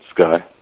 sky